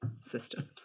systems